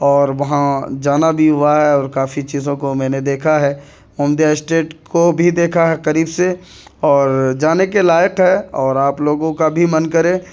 اور وہاں جانا بھی ہوا ہے اور کافی چیزوں کو میں نے دیکھا ہے محمدیہ اسٹیٹ کو بھی دیکھا ہے قریب سے اور جانے کے لائق ہے اور آپ لوگوں کا بھی من کرے